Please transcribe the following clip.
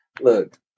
look